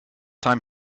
time